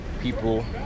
people